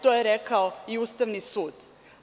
To je rekao i Ustavni sud.